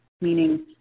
meaning